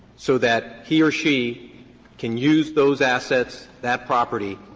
so that he or she can use those assets, that property,